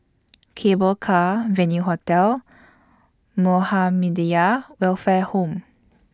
Cable Car Venue Hotel Muhammadiyah Welfare Home